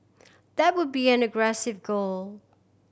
that would be an aggressive goal